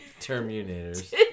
Terminators